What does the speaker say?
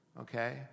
okay